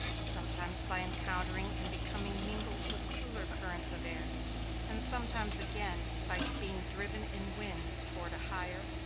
sometimes by encountering and becoming mingled with cooler currents of air and sometimes, again, by being driven in winds toward a higher,